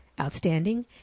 outstanding